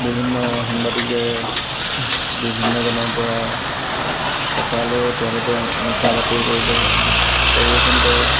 বিভিন্ন সাংবাদিকে বিভিন্নজনৰ পৰা টকা লৈ তেওঁলোকে মিছা বাতৰি পৰিবে পৰিৱেশন কৰে